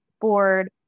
board